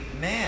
man